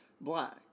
Black